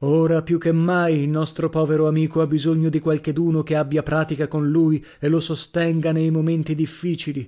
ora più che mai il nostro povero amico ha bisogno di qualcheduno che abbia pratica con lui e lo sostenga nei momenti difficili